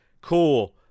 cool